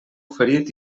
ferit